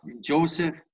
Joseph